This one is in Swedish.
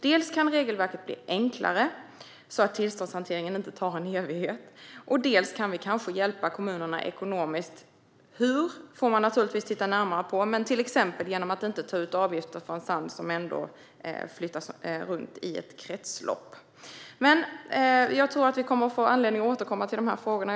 Dels kan regelverket bli enklare, så att tillståndshanteringen inte tar en evighet, dels kan vi kanske hjälpa kommunerna ekonomiskt. Man får titta närmare på hur, men till exempel genom att inte ta ut avgifter för sand som ändå flyttas runt i ett kretslopp. Jag tror att vi kommer att få anledning att återkomma till de här frågorna.